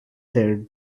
their